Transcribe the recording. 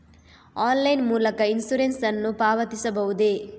Online ಮೂಲಕ insurance ನ್ನು ಪಾವತಿಸಬಹುದೇ?